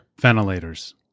Ventilators